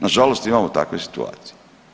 Nažalost imamo takve situacije.